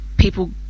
people